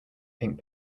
pink